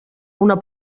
una